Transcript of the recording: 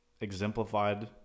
exemplified